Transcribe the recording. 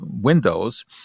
windows